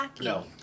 No